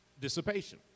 dissipation